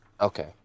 Okay